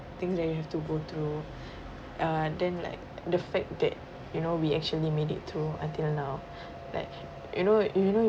things that you have to go through um then like the fact that you know we actually made it through until now like you know you know you